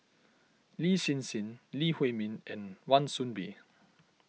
Lin Hsin Hsin Lee Huei Min and Wan Soon Bee